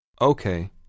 Okay